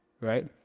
right